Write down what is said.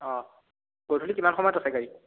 অঁ গধূলি কিমান সময়ত আছে গাড়ী